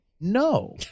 no